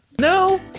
No